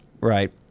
right